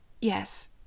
Yes